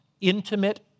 intimate